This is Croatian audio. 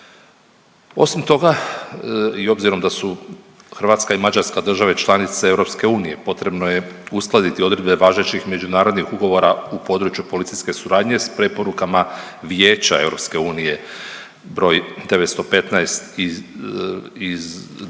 Osim toga i obzirom da su Hrvatska i Mađarska članice EU potrebno je uskladiti odredbe važećih međunarodnih ugovora u području policijske suradnje s preporukama Vijeća EU br. 915 iz 22